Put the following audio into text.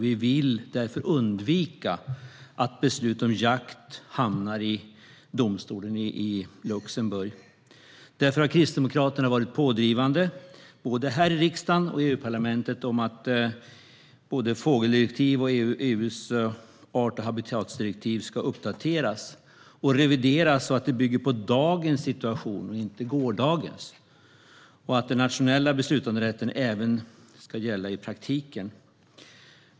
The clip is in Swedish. Vi vill därför undvika att beslut om jakt hamnar i domstolen i Luxemburg. Därför har Kristdemokraterna varit pådrivande både här i riksdagen och i EU-parlamentet i fråga om att både fågeldirektiv och EU:s art och habitatdirektiv ska uppdateras och revideras så att de bygger på dagens situation och inte gårdagens och att den nationella beslutanderätten även ska gälla i praktiken.